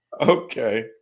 Okay